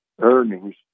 earnings